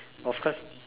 of course